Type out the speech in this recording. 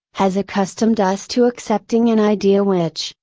has accustomed us to accepting an idea which,